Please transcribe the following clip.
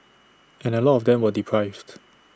and A lot of them were deprived